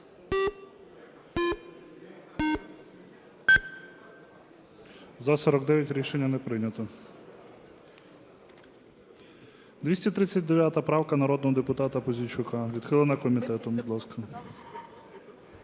За-49 Рішення не прийнято. 239 правка народного депутата Пузійчука, відхилена комітетом. Будь ласка.